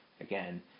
again